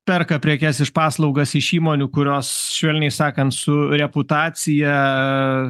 perka prekes iš paslaugas iš įmonių kurios švelniai sakant su reputacija